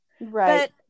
Right